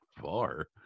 far